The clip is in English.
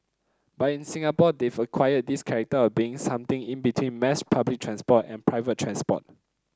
but in Singapore they've acquired this character of being something in between mass public transport and private transport